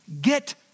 get